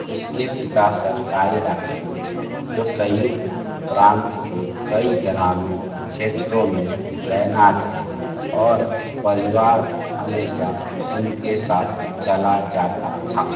उसके पिता सरकारी डाक्टर थे जो सयुक्त प्रांत के कई ग्रामीण क्षेत्रों में तैनात थे और परिवार हमेशा उनके साथ चला जाता था